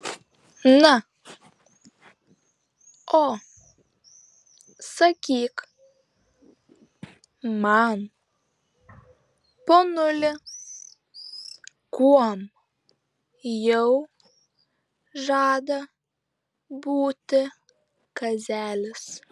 na o sakyk man ponuli kuom jau žada būti kazelis